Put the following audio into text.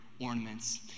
ornaments